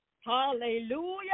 Hallelujah